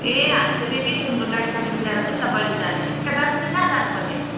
ए हामी त रेडी छौँ लु गाडीसारी मिलाएर जाउँ न कहिले जाने जानु चाहिँ कहाँ जानुपर्ने